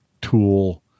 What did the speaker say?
tool